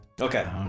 okay